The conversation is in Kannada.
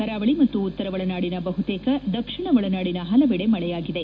ಕರಾವಳಿ ಮತ್ತು ಉತ್ತರ ಒಳನಾಡಿನ ಬಹುತೇಕ ದಕ್ಷಿಣ ಒಳನಾಡಿನ ಪಲವೆಡೆ ಮಳೆಯಾಗಿದೆ